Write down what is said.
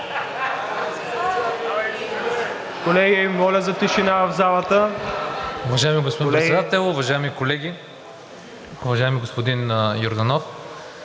Колеги, моля за тишина в залата!